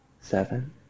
seven